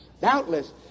Doubtless